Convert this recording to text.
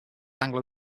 anglo